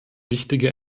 wichtige